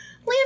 Lamb